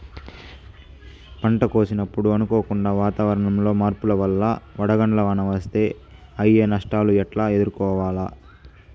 పంట కోసినప్పుడు అనుకోకుండా వాతావరణంలో మార్పుల వల్ల వడగండ్ల వాన వస్తే అయ్యే నష్టాలు ఎట్లా ఎదుర్కోవాలా?